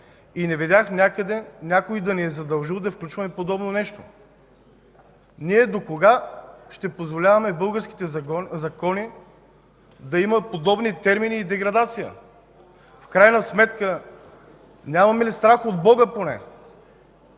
някъде някой да ни е задължил да включваме подобно нещо. Докога ще позволяваме в българските закони да има подобни термини и деградация?! В крайна сметка нямаме ли страх от Бога поне?!